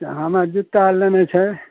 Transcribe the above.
हमरा जुत्ता लेनाइ छै